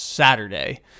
saturday